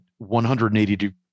180